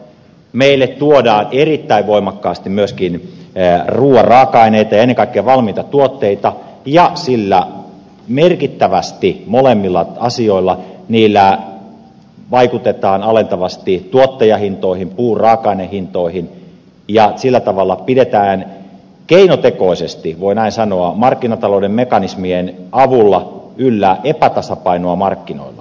meille tuodaan erittäin voimakkaasti myöskin ruuan raaka aineita ja ennen kaikkea valmiita tuotteita ja molemmilla asioilla merkittävästi vaikutetaan alentavasti tuottajahintoihin puun raaka ainehintoihin ja sillä tavalla pidetään keinotekoisesti voi näin sanoa markkinatalouden mekanismien avulla yllä epätasapainoa markkinoilla